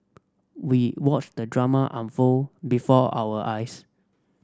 we watched the drama unfold before our eyes